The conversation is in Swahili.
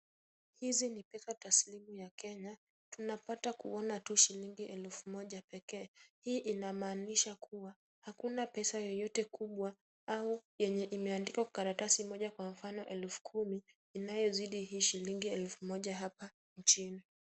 Hizi ni pesa taslimu ya Kenya. Tunapata kuona tu shilingi elfu moja pekee. Hii inamaanisha kuwa hakuna pesa yoyote kubwa au yenye imeandikwa kwa karatasi moja kwa mfano elfu kumi inayozidi hii shilingi elfu moja hapa nchini.